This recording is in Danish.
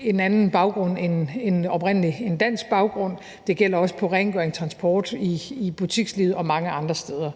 en anden baggrund end en oprindelig dansk baggrund, og det gælder også inden for rengøring, transport, i butikslivet og mange andre steder.